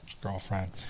girlfriend